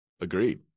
Agreed